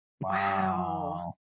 wow